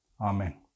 Amen